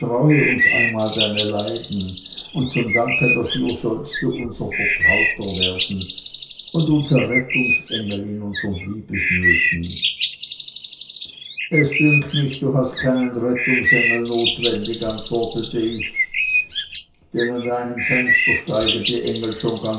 uns einmal deine leiden und zum danke dafür sollst du unser vertrauter werden und unser rettungsengel in unseren liebesnöten es dünkt mich du hast keinen rettungsengel notwendig antwortete ich denn an deinem fenster steigen die engel schon